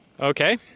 Okay